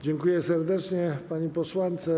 Dziękuję serdecznie pani posłance.